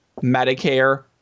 Medicare